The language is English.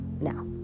now